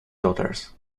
daughters